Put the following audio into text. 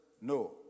no